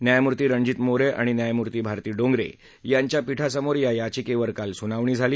न्यायमूर्ती रणजीत मोरे आणि न्यायमूर्ती भारती डांगरे यांच्या पीठासमोर या याचिकेवर काल सुनावणी झाली